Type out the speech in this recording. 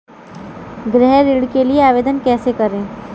गृह ऋण के लिए आवेदन कैसे करें?